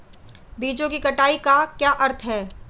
बीजों की कटाई का क्या अर्थ है?